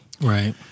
Right